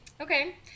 Okay